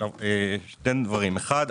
שני דברים: אחד,